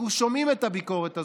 אנחנו שומעים את הביקורת הזאת,